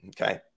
Okay